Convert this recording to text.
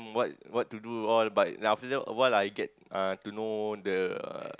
what what to do all but after that awhile I get uh to know the uh